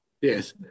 Yes